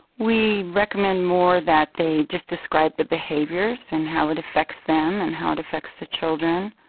we recommend more that they just describe the behaviours and how it affects them and how it affects the children.